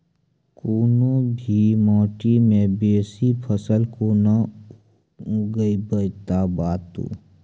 कूनू भी माटि मे बेसी फसल कूना उगैबै, बताबू?